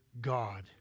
God